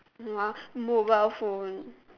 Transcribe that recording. !wow! mobile phone